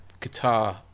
guitar